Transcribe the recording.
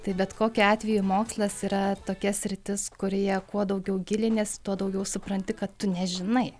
tai bet kokiu atveju mokslas yra tokia sritis kurioje kuo daugiau giliniesi tuo daugiau supranti kad tu nežinai